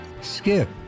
Skip